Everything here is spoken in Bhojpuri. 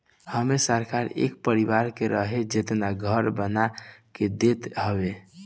एमे सरकार एक परिवार के रहे जेतना घर बना के देत हवे